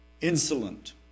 insolent